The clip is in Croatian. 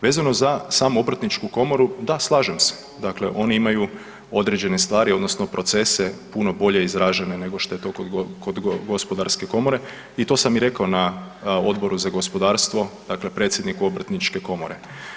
Vezano za samu obrtničku komoru, da slažem se, dakle oni imaju određene stvari odnosno procese puno bolje izražene nego što je to kod gospodarske komore i to sam i rekao na Odboru za gospodarstvo, dakle predsjedniku obrtničke komore.